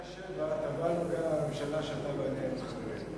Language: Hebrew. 2.7% תבענו גם בממשלה שאתה ואני היינו חברים בה.